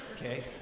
Okay